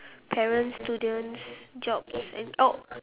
parents students jobs and oh